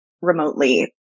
remotely